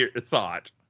thought